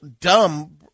dumb